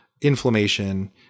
inflammation